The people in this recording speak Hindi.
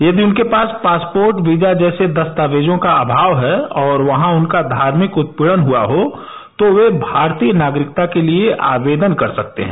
यदि उनके पास पासपोर्ट वीजा जैसे दस्तावेजों का अभाव है और वहां उनका धार्मिक उत्पीड़न हथा हो तो ये भारतीय नागरिकता के लिए आवेदन कर सकते हैं